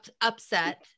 upset